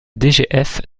dgf